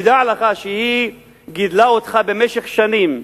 תדע לך שהיא גידלה אותך במשך שנים,